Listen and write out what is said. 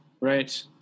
Right